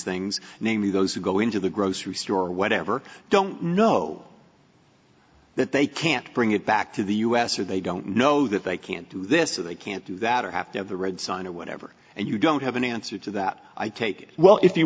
things namely those who go into the grocery store or whatever don't know that they can't bring it back to the us or they don't know that they can't do this or they can't do that or have to have the red sun or whatever and you don't have an answer to that i take it well if you